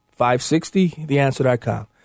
560theAnswer.com